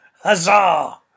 Huzzah